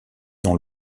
dans